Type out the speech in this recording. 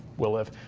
we'll live.